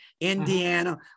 Indiana